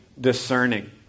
discerning